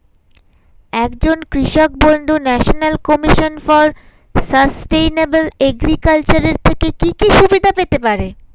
একজন কৃষক বন্ধু national commission for sustainable agriculture এর থেকে কি কি সুবিধা পেতে পারে?